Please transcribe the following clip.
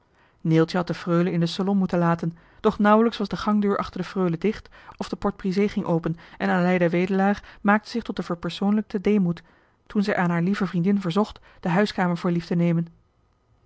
neeltje had de freule in de selon moeten laten doch johan de meester de zonde in het deftige dorp nauwelijks was de gangdeur achter de freule dicht of de porte brisée ging open en aleida wedelaar maakte zich tot den verpersoonlijkten deemoed toen zij aan hare lieve vriendin verzocht de huiskamer voor lief te nemen